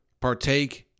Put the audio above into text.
partake